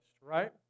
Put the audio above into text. right